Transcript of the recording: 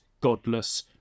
godless